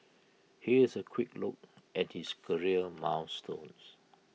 here's A quick look at his career milestones